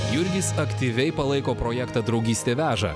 jurgis aktyviai palaiko projektą draugystė veža